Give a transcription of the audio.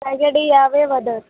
ಯಾವ್ಯಾವ ಅದ